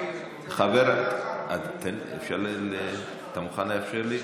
רגע, אתה מוכן לאפשר לי?